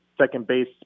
second-base